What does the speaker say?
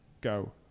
go